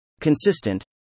Consistent